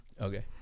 Okay